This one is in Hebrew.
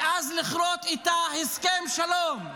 ואז לכרות איתה הסכם שלום.